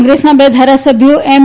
કોંગ્રેસના બે ધારાસભ્યો એમ